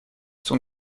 sont